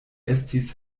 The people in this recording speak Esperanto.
estis